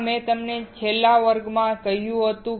આ મેં તમને છેલ્લા વર્ગમાં કહ્યું હતું